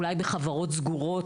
אולי בחברות סגורות.